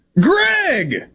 Greg